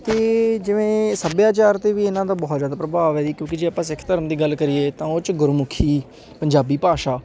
ਅਤੇ ਜਿਵੇਂ ਸੱਭਿਆਚਾਰ 'ਤੇ ਵੀ ਇਹਨਾਂ ਦਾ ਬਹੁਤ ਜ਼ਿਆਦਾ ਪ੍ਰਭਾਵ ਹੈ ਜੀ ਕਿਉਂਕਿ ਜੇ ਆਪਾਂ ਸਿੱਖ ਧਰਮ ਦੀ ਗੱਲ ਕਰੀਏ ਤਾਂ ਉਹ 'ਚ ਗੁਰਮੁਖੀ ਪੰਜਾਬੀ ਭਾਸ਼ਾ